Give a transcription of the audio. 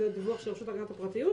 זה הדיווח של הרשות להגנת הפרטיות.